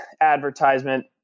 advertisement